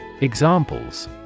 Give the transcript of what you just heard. Examples